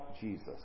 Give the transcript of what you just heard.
Jesus